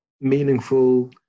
meaningful